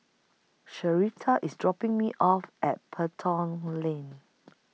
Sherita IS dropping Me off At Pelton LINK